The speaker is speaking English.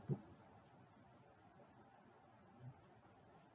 put